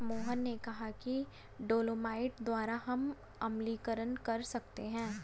मोहन ने कहा कि डोलोमाइट द्वारा हम अम्लीकरण कर सकते हैं